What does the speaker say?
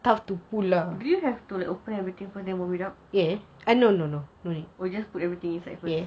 do you have to like open everything first then warm it up oh just put everything inside first